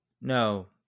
No